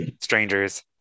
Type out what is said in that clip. strangers